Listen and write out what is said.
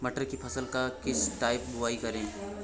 मटर की फसल का किस टाइम बुवाई करें?